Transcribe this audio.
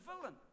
villain